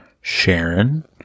Sharon